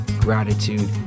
gratitude